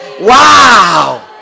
Wow